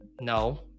no